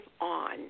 on